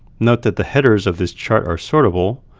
note that the headers of this chart are sortable,